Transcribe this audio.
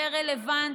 יותר רלוונטית,